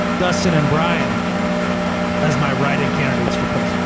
dustin and brian as my writing candidates for president.